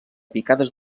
picades